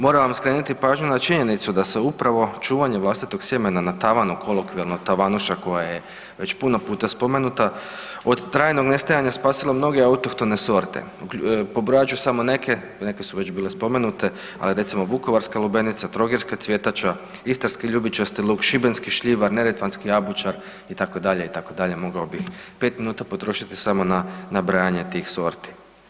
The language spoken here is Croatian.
Moram vam skrenuti pažnju na činjenicu da se upravo čuvanje vlastitog sjemena na tavanu, kolokvijalno tavanuša, koja je već puno puta spomenuta, od trajnog nestajanja spasilo mnoge autohtone sorte, pobrojat ću samo neke, neke su već bile spomenute, ali recimo, vukovarska lubenica, trogirska cvjetača, istarski ljubičasti luk, šibenski šljivar, neretvanski jabučar, itd., itd., mogao bih 5 minuta potrošiti samo na nabrajanje tih sorti.